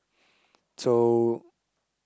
so